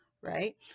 right